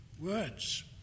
words